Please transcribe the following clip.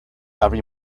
every